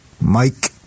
Mike